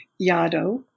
Yado